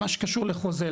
מה שקשור לחוזה,